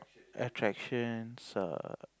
attractions err